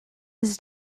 his